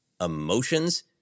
emotions